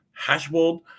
hashbold